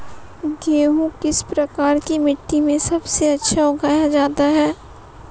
गेहूँ किस प्रकार की मिट्टी में सबसे अच्छा उगाया जाता है?